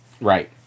Right